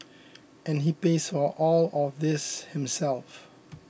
and he pays for all of this himself